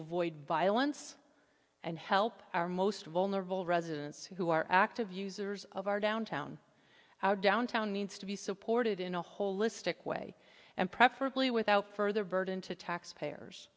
avoid violence and help our most vulnerable residents who are active users of our downtown our downtown needs to be supported in a holistic way and preferably without further burden to taxpayers